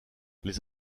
les